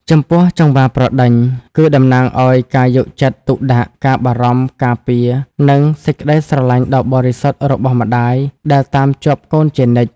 ចំពោះ "ចង្វាប្រដេញ" គឺតំណាងឲ្យការយកចិត្តទុកដាក់ ការបារម្ភ ការពារ និងសេចក្ដីស្រឡាញ់ដ៏បរិសុទ្ធរបស់ម្ដាយ ដែលតាមជាប់កូនជានិច្ច។